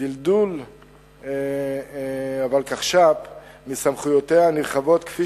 דלדול הוולקחש"פ מסמכויותיה הנרחבות כפי